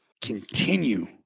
continue